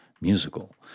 musical